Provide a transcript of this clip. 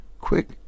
Quick